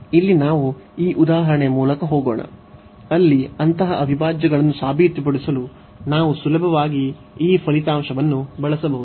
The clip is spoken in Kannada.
ಇಲ್ಲಿ ನಾವು ಈ ಉದಾಹರಣೆಯ ಮೂಲಕ ಹೋಗೋಣ ಅಲ್ಲಿ ಅಂತಹ ಅವಿಭಾಜ್ಯಗಳನ್ನು ಸಾಬೀತುಪಡಿಸಲು ನಾವು ಸುಲಭವಾಗಿ ಈ ಫಲಿತಾಂಶವನ್ನು ಬಳಸಬಹುದು